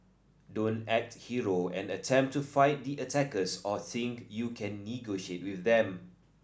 don't act hero and attempt to fight the attackers or think you can negotiate with them